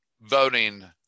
voting